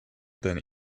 then